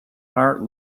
heart